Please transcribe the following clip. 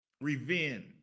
revenge